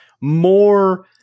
more